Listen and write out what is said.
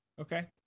Okay